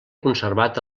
conservat